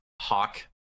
Hawk